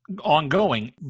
ongoing